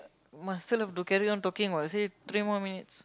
must still have to carry on talking one they say three more minutes